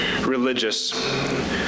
religious